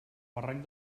barranc